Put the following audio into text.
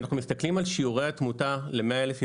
כשאנחנו מסתכלים על שיעורי התמותה ל-100,000 ילדים,